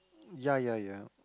ya ya ya